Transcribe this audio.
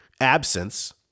absence